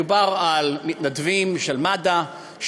מדובר על מתנדבים של מד"א,